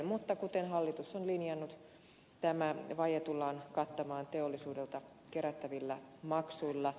mutta kuten hallitus on linjannut tämä vaje tullaan kattamaan teollisuudelta kerättävillä maksuilla